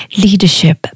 leadership